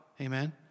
Amen